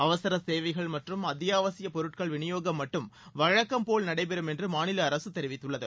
அவசர சேவைகள் மற்றும் அத்தியாவசிய பொருட்கள் விநியோகம் மட்டும் வழக்கம் போல் நடைபெறும் என்று மாநில அரசு தெரிவித்துள்ளது